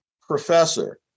Professor